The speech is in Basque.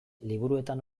liburuetan